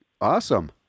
awesome